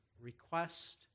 request